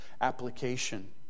application